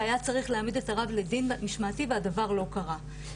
שהיה צריך להעמיד את הרב לדין משמעתי והדבר לא קרה.